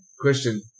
Question